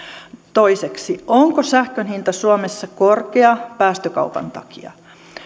toiseksi onko sähkön hinta suomessa korkea päästökaupan takia